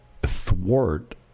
thwart